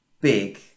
big